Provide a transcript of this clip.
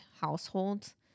households